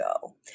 go